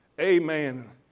Amen